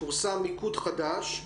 פורסם מיקוד חדש,